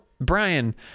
Brian